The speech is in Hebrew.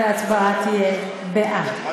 וההצבעה תהיה בעד.